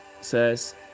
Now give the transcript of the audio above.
says